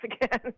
again